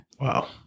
Wow